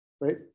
right